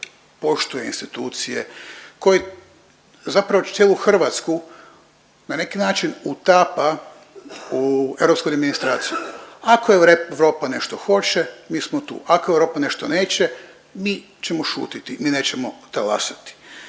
poštuje institucije, koji zapravo cijelu Hrvatsku na neki način utapa u europsku administraciju. Ako Europa nešto hoće mi smo tu, ako Europa nešto neće mi ćemo šutiti mi nećemo talasati.